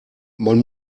man